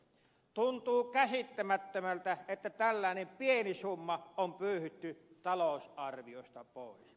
tuntuu käsittämättömältä että tällainen pieni summa on pyyhitty talousarviosta pois